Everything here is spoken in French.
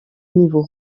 niveau